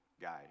guy